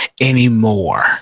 anymore